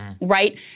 right